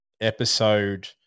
episode